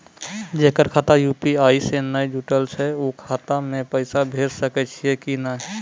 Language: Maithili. जेकर खाता यु.पी.आई से नैय जुटल छै उ खाता मे पैसा भेज सकै छियै कि नै?